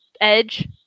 Edge